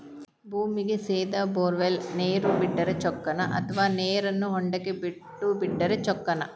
ಭೂಮಿಗೆ ಸೇದಾ ಬೊರ್ವೆಲ್ ನೇರು ಬಿಟ್ಟರೆ ಚೊಕ್ಕನ ಅಥವಾ ನೇರನ್ನು ಹೊಂಡಕ್ಕೆ ಬಿಟ್ಟು ಬಿಟ್ಟರೆ ಚೊಕ್ಕನ?